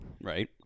Right